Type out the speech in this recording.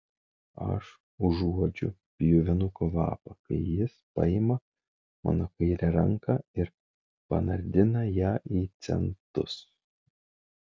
aš užuodžiu pjuvenų kvapą kai jis paima mano kairę ranką ir panardina ją į centus